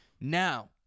Now